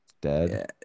Dead